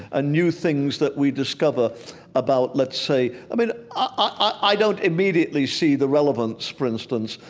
ah new things that we discover about, let's say, i mean, i don't immediately see the relevance, for instance,